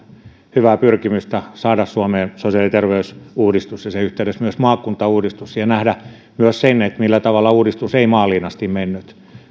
hyvää pyrkimystä saada suomeen sosiaali ja terveysuudistus ja sen yhteydessä myös maakuntauudistus ja nähdä myös sen millä tavalla uudistus ei maaliin asti mennyt